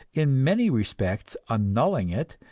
in many respects annulling it,